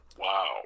Wow